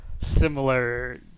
similar